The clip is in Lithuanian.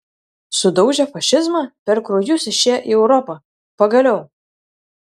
sudaužę fašizmą per kraujus išėję į europą pagaliau